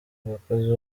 abakozi